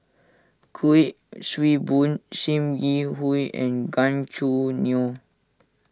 Kuik Swee Boon Sim Yi Hui and Gan Choo Neo